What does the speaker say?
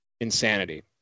insanity